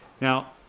Now